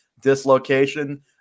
dislocation